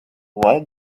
why